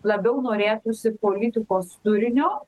labiau norėtųsi politikos turinio